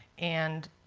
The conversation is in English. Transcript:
and